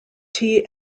tea